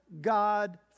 God